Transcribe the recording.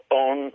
on